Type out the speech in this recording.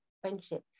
friendship